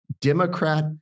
Democrat